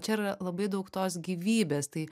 čia yra labai daug tos gyvybės tai